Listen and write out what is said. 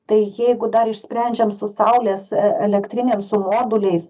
tai jeigu dar išsprendžiam su saulės e elektrinėm su moduliais